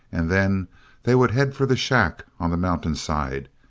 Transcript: and then they would head for the shack on the mountain-side,